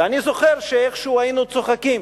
ואני זוכר שאיכשהו היינו צוחקים,